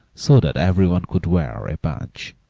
so that every one could wear a bunch.